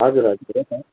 हजुर हजुर हो त